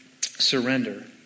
surrender